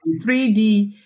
3D